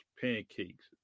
pancakes